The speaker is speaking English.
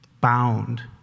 bound